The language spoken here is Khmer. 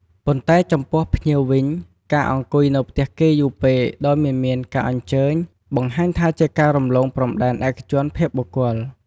ប៉ុន្តែចំពោះភ្ញៀវវិញ ការអង្គុយនៅផ្ទះគេយូរពេកដោយមិនមានការអញ្ជើញ បង្ហាញថាជាការរំលងព្រំដែនឯកជនភាពបុគ្គល។